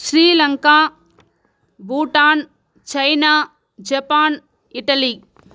Sri Lanka Bhutan China Japan Italy